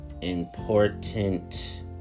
important